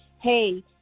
hey